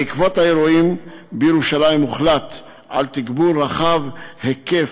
בעקבות האירועים בירושלים הוחלט על תגבור רחב היקף,